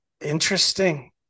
interesting